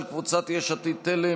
של קבוצת יש עתיד-תל"ם